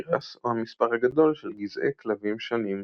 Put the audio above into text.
תירס, או המספר הגדול של גזעי כלבים שונים.